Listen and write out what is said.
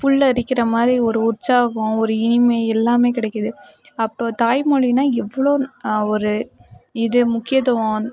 புல்லரிக்கிற மாதிரி ஒரு உற்சாகம் ஒரு இனிமை எல்லாமே கிடைக்குது அப்போ தாய்மொழின்னா எவ்வளோ ஒரு இது முக்கியத்துவம்